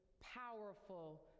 powerful